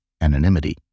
anonymity